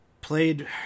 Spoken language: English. played